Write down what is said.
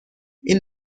این